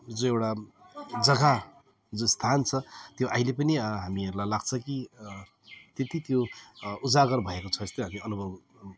जो एउटा जग्गा जो स्थान छ त्यो अहिले पनि हामीहरूलाई लाग्छ कि त्यति त्यो उजागर भएको छ जस्तो हामी अनुभव